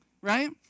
right